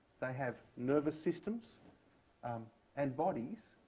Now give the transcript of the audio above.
they have nervous systems um and bodies.